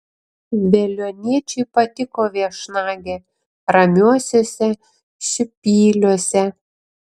veliuoniečiui patiko viešnagė ramiuosiuose šiupyliuose